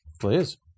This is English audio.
Please